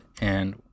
and-